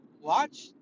watch